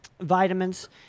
vitamins